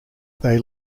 they